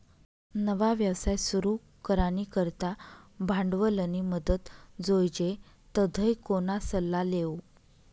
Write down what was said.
नवा व्यवसाय सुरू करानी करता भांडवलनी मदत जोइजे तधय कोणा सल्ला लेवो